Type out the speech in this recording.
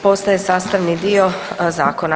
Postaje sastavni dio zakona.